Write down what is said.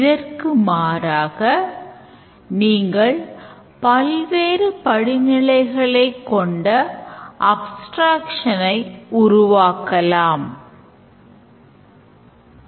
எடுத்துக் காட்டாக Step 8ல் வாடிக்கையாளர் அவருக்கு வழங்கக்கூடிய legal amount ஐ மீறுகிறார் 50000 என்பது legal amount ஆக வைத்துக் கொள்ளலாம்